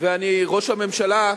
ראש הממשלה,